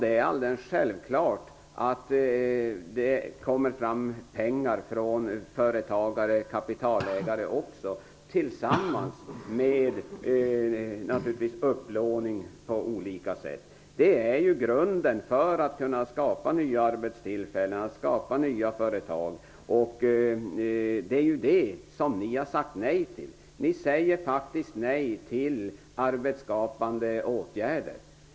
Det är alldeles självklart att det också kommer fram pengar från företagare och kapitalägare, tillsammans med upplåning på olika sätt. Det är grunden för att kunna skapa nya arbetstillfällen och skapa nya företag. Det är detta som ni har sagt nej till. Ni säger faktiskt nej till arbetsskapande åtgärder.